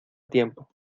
tiempo